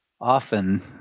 often